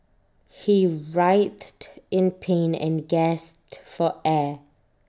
he writhed in pain and gasped for air